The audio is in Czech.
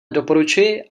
doporučuji